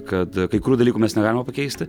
kad kai kurių dalykų mes negalime pakeisti